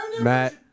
Matt